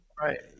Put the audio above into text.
Right